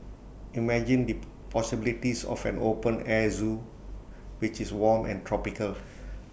imagine the possibilities of an open air Zoo which is warm and tropical